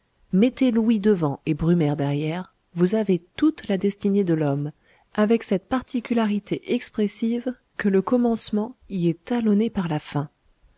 mettez louis devant et brumaire derrière vous avez toute la destinée de l'homme avec cette particularité expressive que le commencement y est talonné par la fin